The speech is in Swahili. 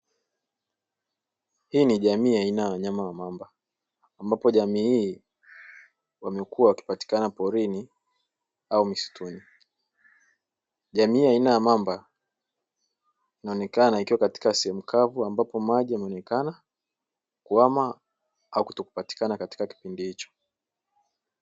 Hii ni jamii ya aina ya wanyama ya mamba ambapo jamii hii wamwkuwa wakipatikana porini au misituni, jamii hii ya aina ya mamba inaonekana ikiwa katika sehemu kavu ambapo maji yanaonekana kuhama au kutokupatikana katika kipindi hicho.